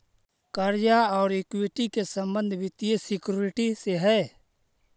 कर्जा औउर इक्विटी के संबंध वित्तीय सिक्योरिटी से हई